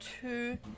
two